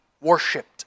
worshipped